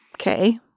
Okay